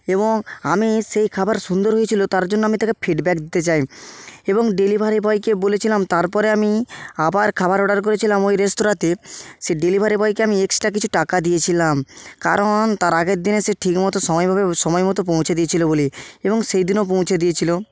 এবং আমি সেই খাবার সুন্দর হয়েছিল তার জন্য আমি তাকে ফিডব্যাক দিতে চাই এবং ডেলিভারি বয়কে বলেছিলাম তারপরে আমি আবার খাবার অর্ডার করেছিলাম ওই রেস্তরাঁতে সে ডেলিভারি বয়কে আমি এক্সট্রা কিছু টাকা দিয়েছিলাম কারণ তার আগের দিনে সে ঠিক মতো সময়ভাবে সময় মতো পৌঁছে দিয়েছিল বলে এবং সেই দিনও পৌঁছে দিয়েছিল